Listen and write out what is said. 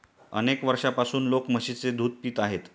अनेक वर्षांपासून लोक म्हशीचे दूध पित आहेत